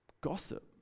Gossip